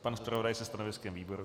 Pan zpravodaj se stanoviskem výboru?